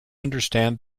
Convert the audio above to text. understand